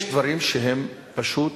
יש דברים שהם פשוט